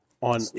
on